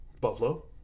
Buffalo